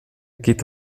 geht